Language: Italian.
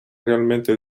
realmente